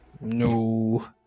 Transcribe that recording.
No